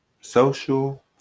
social